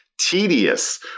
tedious